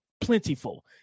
plentiful